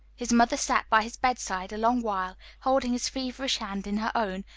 his mother sat by his bedside a long while, holding his feverish hand in her own,